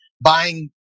buying